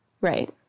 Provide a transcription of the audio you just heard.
Right